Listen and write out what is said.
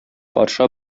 патша